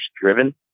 driven